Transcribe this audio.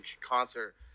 concert